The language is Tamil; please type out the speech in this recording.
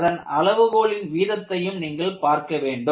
அதன் அளவுகோலின் வீதத்தையும் நீங்கள் பார்க்க வேண்டும்